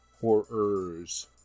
Horrors